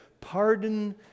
pardon